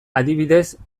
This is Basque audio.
adibidez